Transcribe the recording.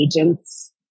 agents